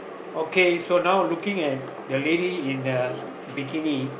okay so now looking at the lady in the bikini